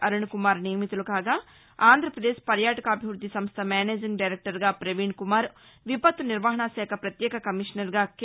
అరుణ్కుమార్ నియమితులు కాగా ఆంధ్రప్రదేశ్ పర్యాటకాభివృద్ది సంస్థ మేనేజింగ్ డైరెక్టర్గా ప్రపీణ్కుమార్ విపత్తు నిర్వహణా శాఖ ప్రత్యేక కమీషనర్గా కె